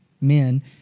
men